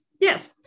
Yes